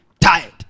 tired